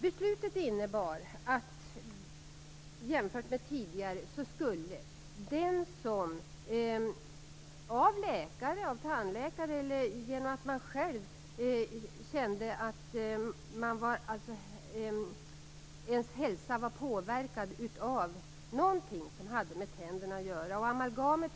Beslutet innebar jämfört med tidigare att den som av läkare, tandläkare eller genom att man själv kände att ens hälsa var påverkad av någonting som hade med tänderna att göra inte skulle behöva krångla.